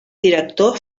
director